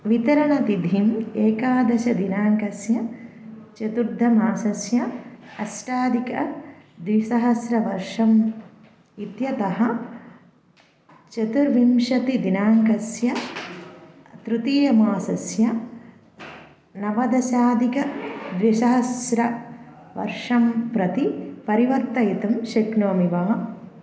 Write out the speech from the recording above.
वितरणतिथिम् एकादशदिनाङ्कस्य चतुर्थमासस्य अष्टाधिकद्विसहस्रवर्षम् इत्यतः चतुर्विंशतिदिनाङ्कस्य तृतीयमासस्य नवदशाधिकद्विसहस्रं वर्षं प्रति परिवर्तयितुं शक्नोमि वा